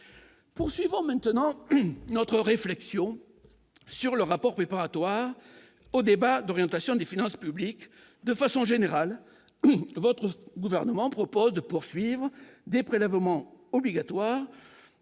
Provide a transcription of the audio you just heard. poursuivons maintenant notre réflexion sur le rapport préparatoire au débat d'orientation des finances publiques de façon générale, votre gouvernement propose de poursuivre des prélèvements obligatoires